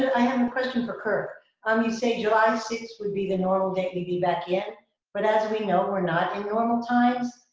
i have a question for kirk. um you say july sixth would be the normal date we'd be back in but as we know, we're not in normal times.